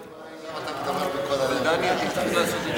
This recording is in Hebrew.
הוא לא הודיע גם לך?